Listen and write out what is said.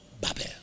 Babel